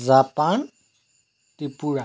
Japan Tripura